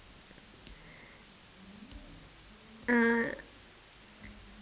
uh